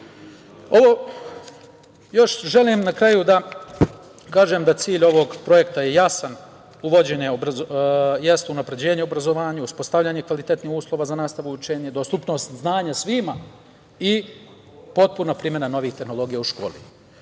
budućnosti. Želim na kraju da kažem da cilj ovog projekta je jasan, jeste unapređenje obrazovanja, uspostavljanje kvalitetnih uslova za nastavu i učenje, dostupnost znanja svima i potpuna primena novih tehnologija u